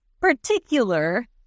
particular